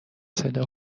صدا